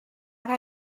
can